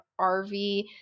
RV